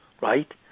right